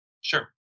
Sure